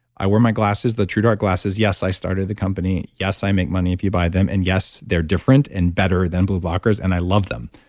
i wear my glasses, the true dark glasses. yes, i started the company, yes, i make money if you buy them, and yes, they're different and better than blue blockers, and i love them.